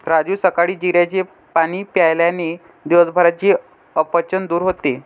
राजू सकाळी जिऱ्याचे पाणी प्यायल्याने दिवसभराचे अपचन दूर होते